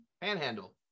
panhandle